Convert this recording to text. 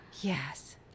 Yes